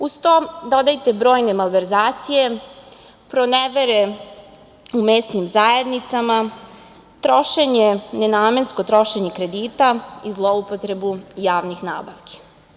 Uz to, dodajte brojne malverzacije, pronevere u mesnim zajednicama, nenamensko trošenje kredita i zloupotrebu javnih nabavki.